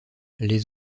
les